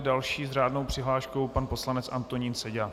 Další s řádnou přihláškou je pan poslanec Antonín Seďa.